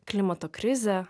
klimato krizę